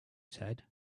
said